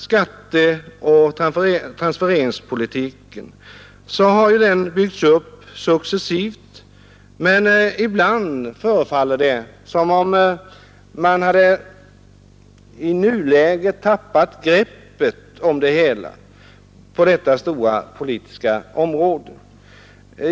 Skatteoch transfereringspolitiken har byggts upp successivt — ibland förefaller det som om man i nuläget tappat greppet om hela detta stora politiska område.